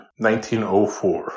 1904